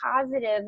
positive